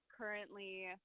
currently